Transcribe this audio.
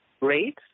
rates